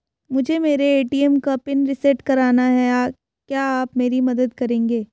मुझे मेरे ए.टी.एम का पिन रीसेट कराना है क्या आप मेरी मदद करेंगे?